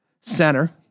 center